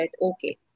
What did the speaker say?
okay